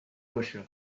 russia